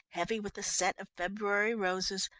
heavy with the scent of february roses,